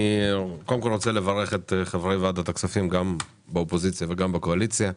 קודם כל אני מברך את חברי ועדת הכספים גם בקואליציה וגם באופוזיציה.